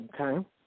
okay